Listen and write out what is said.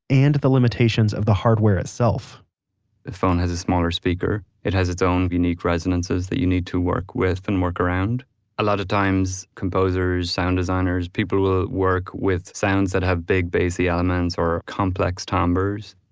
and the limitations of the hardware itself phone has a smaller speaker. it has its own unique resonances that you need to work with and work around a lot of times, composers, sound designers, people will work with sounds that have big bassy elements or complex timbers.